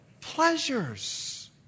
pleasures